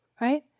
right